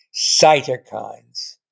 cytokines